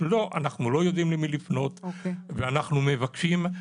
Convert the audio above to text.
לא, אנחנו לא יודעים למי לפנות ואנחנו מבקשים.